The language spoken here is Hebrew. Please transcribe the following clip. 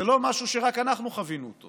זה לא משהו שרק אנחנו חווינו אותו,